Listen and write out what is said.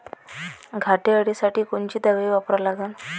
घाटे अळी साठी कोनची दवाई वापरा लागन?